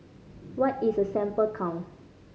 what is a sample count